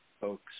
folks